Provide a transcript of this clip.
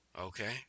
Okay